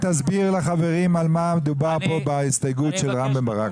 תסביר לחברים על מה מדובר פה בהסתייגות של רם בן ברק.